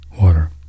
water